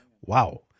Wow